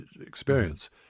experience